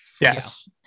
Yes